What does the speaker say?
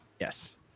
Yes